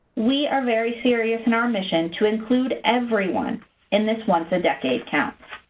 we are very serious in our mission to include everyone in this once a decade count.